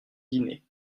dîner